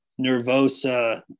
Nervosa